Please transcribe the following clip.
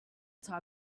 type